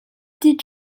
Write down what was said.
did